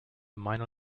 minor